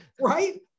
right